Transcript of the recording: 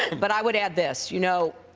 but i would add this. you know,